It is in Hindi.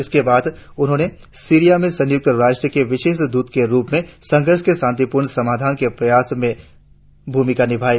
इसके बाद उन्होंने सीरिया में संयुक्त राष्ट्र के विशेष द्रत के रुप में संघर्ष के शांतिपूर्ण समाधान के प्रयासों में भूमिका निभाई